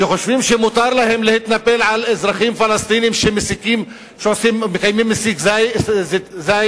שחושבים שמותר להם להתנפל על אזרחים פלסטינים שמקיימים מסיק זיתים.